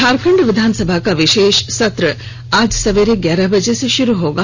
झारखंड विधानसभा का विशेष सत्र आज सबेरे ग्यारह बजे से शुरू होगा